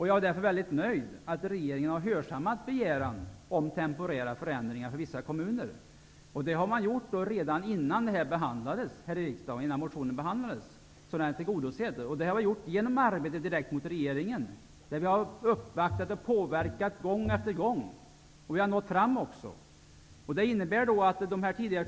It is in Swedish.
Jag är därför väldigt nöjd med att regeringen har hörsammat vår begäran om temporära förändringar för vissa kommuner. Det har man gjort redan innan motionen behandlades här i riksdagen. Syftet med den är alltså tillgodosett, och det har det blivit genom arbetet direkt gentemot regeringen. Vi har uppvaktat och försökt påverka gång efter gång, och vi har också nått fram.